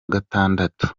gatandatu